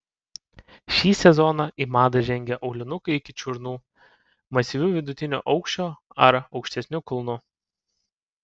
šį sezoną į madą žengė aulinukai iki čiurnų masyviu vidutinio aukščio ar aukštesniu kulnu